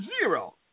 zero